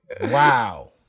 Wow